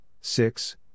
six